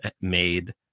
made